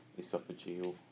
esophageal